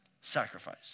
Sacrifice